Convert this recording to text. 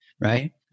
Right